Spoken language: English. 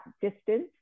distance